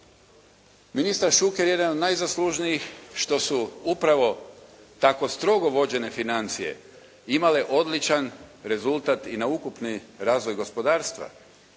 Ministar Šuker jedan je od najzaslužnijih što su upravo tako strogo vođene financije imale odličan rezultat i na ukupni razvoj gospodarstva,